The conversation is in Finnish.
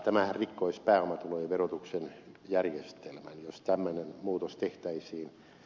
tämähän rikkoisi pääomatulojen verotuksen järjestelmän jos tämmöinen muutos tehtäisiin